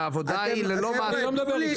העבודה היא ללא --- חברים,